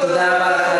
תודה רבה לך,